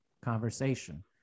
conversation